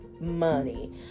money